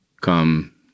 come